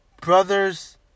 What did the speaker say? brother's